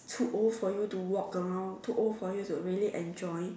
too old for you to walk around too old for you to really enjoy